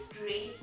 great